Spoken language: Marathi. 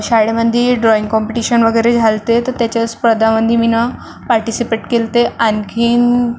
शाळेमध्ये ड्रॉइंग कॉम्पिटिशन वगैरे झाले होते तर त्याच्या स्पर्धामध्ये मी ना पार्टीसीपेट केले होते आणखी ना